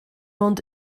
ond